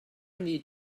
need